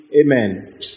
Amen